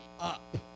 up